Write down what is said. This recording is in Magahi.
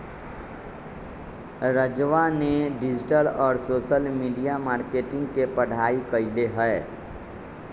राजवा ने डिजिटल और सोशल मीडिया मार्केटिंग के पढ़ाई कईले है